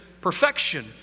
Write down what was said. perfection